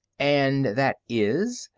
and that is?